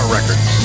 Records